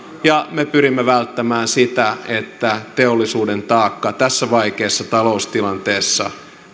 ja me pyrimme välttämään sitä että teollisuuden taakka tässä vaikeassa taloustilanteessa